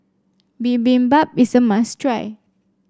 bibimbap is a must try